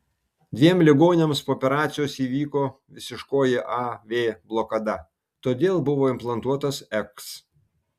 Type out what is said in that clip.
dviem ligoniams po operacijos įvyko visiškoji a v blokada todėl buvo implantuotas eks